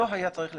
לא היה צריך לצרף.